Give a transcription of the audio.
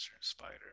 spider